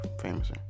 famous